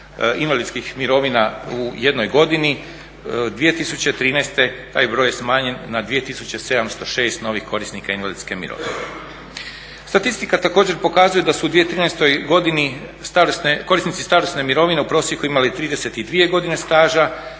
invalidskih mirovina u jednoj godini. 2013. taj broj je smanjen na 2706 novih korisnika invalidske mirovine. Statistika također pokazuje da su u 2013. godini korisnici starosne mirovine u prosjeku imali 32 godine staža,